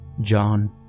John